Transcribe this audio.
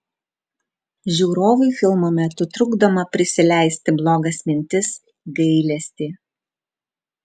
žiūrovui filmo metu trukdoma prisileisti blogas mintis gailestį